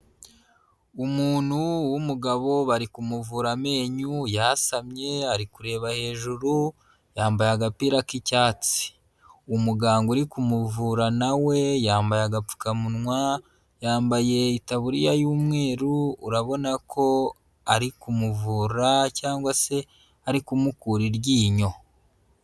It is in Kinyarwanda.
Umuntu w'umugabo bari kumuvura amenyo, yasamye ari kureba hejuru, yambaye agapira k'icyatsi, umuganga uri kumuvura nawe yambaye agapfukamunwa, yambaye itaburiya y'umweru, urabona ko ari kumuvura cyangwa se ari kumukura iryinyo.